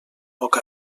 poc